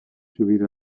subir